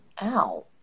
Ow